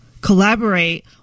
collaborate